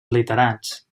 literats